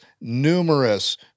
numerous